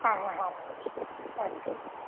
हा हा हा अस्तु